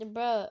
Bro